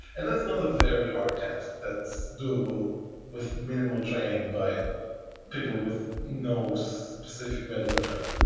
and that's not a very hard task that's doable with minimal training by people with no specific medical training.